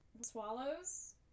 swallows